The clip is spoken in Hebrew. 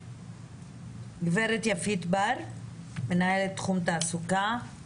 גב' יפית בר, מנהלת תחום תעסוקה,